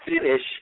finish